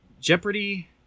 Jeopardy